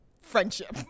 friendship